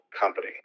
company